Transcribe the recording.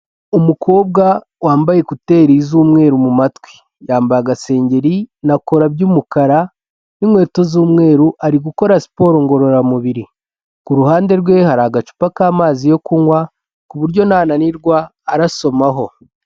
Umukobwa wambaye ekuteri z'umweru mu matwi, yambaye agasengeri na kora by'umukara n'inkweto z'umweru, ari gukora siporo ngororamubiri, ku ruhande rwe hari agacupa k'amazi, yo kunywa ku buryo nananirwa arasomaho.